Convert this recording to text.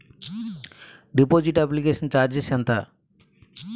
Deposit application charges ఎంత?